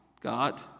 God